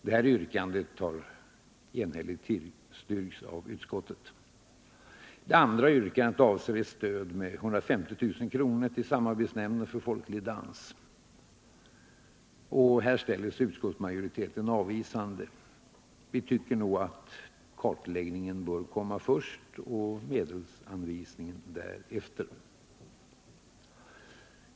Detta yrkande har enhälligt tillstyrkts av utskottet. Det andra yrkandet avser ett stöd med 150 000 kr. till Samarbetsnämnden för folklig dans. Här ställer sig utskottsmajoriteten avvisande. Vi tycker helt enkelt att kartläggningen bör komma först och medelsanvisningen därefter.